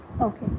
Okay